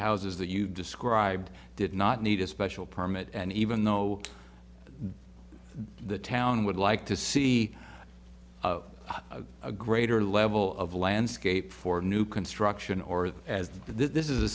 houses that you described did not need a special permit and even though the town would like to see a greater level of landscape for new construction or as this is